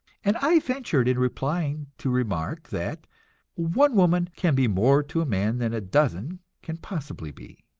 and i ventured in replying to remark that one woman can be more to a man than a dozen can possibly be.